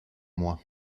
moi